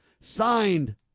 signed